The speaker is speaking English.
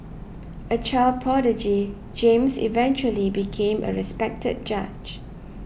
a child prodigy James eventually became a respected judge